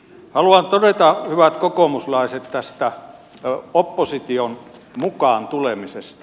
haluan todeta hyvät kokoomuslaiset tästä opposition mukaantulemisesta